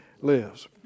lives